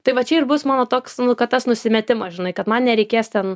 tai va čia ir bus mano toks kad tas nusimetimas žinai kad man nereikės ten